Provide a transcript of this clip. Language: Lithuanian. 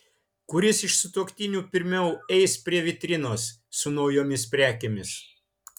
kuris iš sutuoktinių pirmiau eis prie vitrinos su naujomis prekėmis